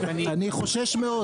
אני חושש מאוד.